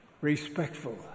respectful